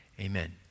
Amen